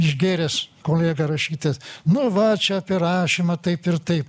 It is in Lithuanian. išgėręs kolega rašytojas nu va čia apie rašymą taip ir taip